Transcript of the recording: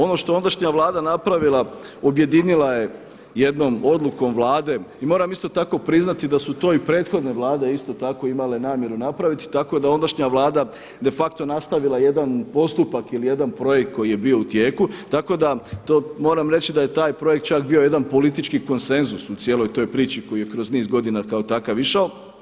Ono što je ondašnja Vlada napravila objedinila je jednom odlukom Vlade i moram isto tako priznati da su to i prethodne Vlade isto tako imale namjeru napraviti, tako da ondašnja Vlada de facto nastavila jedan postupak ili jedan projekt koji je bio u tijeku, tako da moram reći da je taj projekt čak bio jedan politički konsenzus u cijeloj toj priči koji je kroz niz godina kao takav išao.